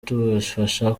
tubafasha